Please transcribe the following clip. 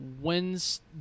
when's